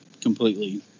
completely